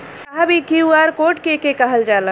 साहब इ QR code के के कहल जाला?